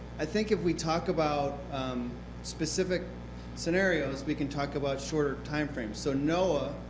i think if we talk about specific scenarios, we can talk about shorter timeframes. so noaa,